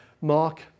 Mark